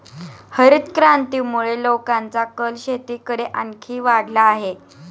हरितक्रांतीमुळे लोकांचा कल शेतीकडे आणखी वाढला आहे